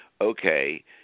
okay